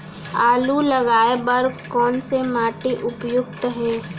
आलू लगाय बर कोन से माटी उपयुक्त हे?